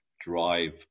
drive